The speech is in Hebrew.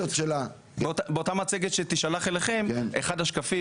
באותה מצגת שתישלח אליכם באחד השקפים